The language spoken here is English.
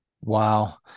Wow